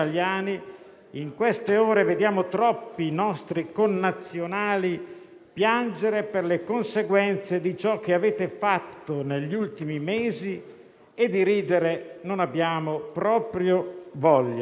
in queste ore vediamo troppi nostri connazionali piangere per le conseguenze di ciò che avete fatto negli ultimi mesi e di ridere non abbiamo proprio voglia.